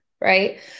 right